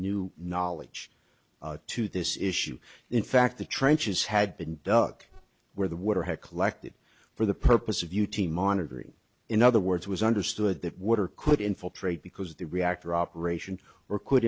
any new knowledge to this issue in fact the trenches had been dug where the water had collected for the purpose of u t monitoring in other words it was understood that water could infiltrate because the reactor operation or could